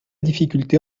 difficulté